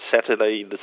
Saturday